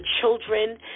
children